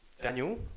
Daniel